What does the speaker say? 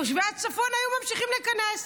תושבי הצפון היו ממשיכים לכנס.